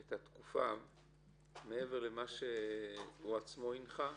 את התקופה מעבר למה שהוא עצמו הנחה?